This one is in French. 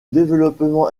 développement